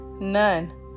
None